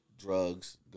drugs